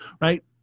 right